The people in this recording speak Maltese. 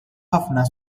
ħafna